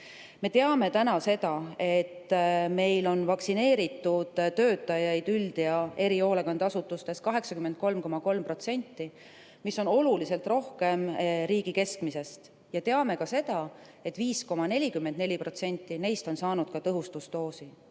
Me teame täna seda, et meil on vaktsineeritud töötajaid üld‑ ja erihoolekandeasutustes 83,3%, mis on oluliselt rohkem riigi keskmisest, ja teame ka seda, et 5,44% neist on saanud ka tõhustusdoosi.